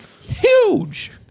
Huge